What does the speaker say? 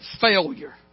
failure